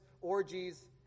orgies